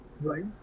Right